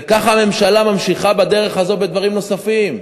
וככה הממשלה ממשיכה בדרך הזו בדברים נוספים.